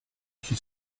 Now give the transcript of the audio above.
qui